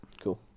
Cool